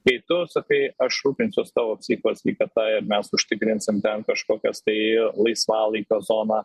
kai tu sakai aš rūpinsiuos tavo psichikos sveikata ir mes užtikrinsim ten kažkokias tai laisvalaikio zoną